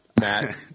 Matt